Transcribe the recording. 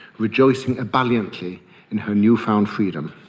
rejoicing ebulliently in her new-found freedom.